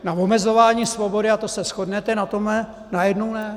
Na omezování svobody, to se shodnete, na tomhle najednou ne.